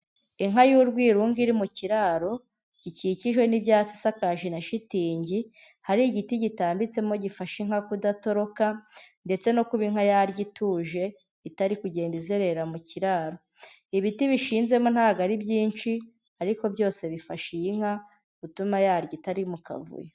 Inka y'urwirunga iri mu kiraro, gikikijwe n'ibyatsi isakaje na shitingi, hari igiti kitambitsemo gifasha inka kudatoroka, ndetse no kuba inka yarya ituje, itari kugenda izerera mu kiraro. Ibiti bishinzemo ntago ari byinshi, ariko byose bifasha iyi nka gutuma yarya itari mu kavuyo.